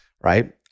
right